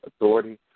authority